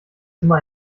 immer